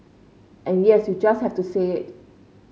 and yes you just have to say it